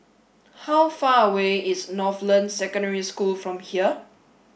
how far away is Northland Secondary School from here